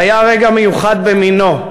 "זה היה רגע מיוחד במינו",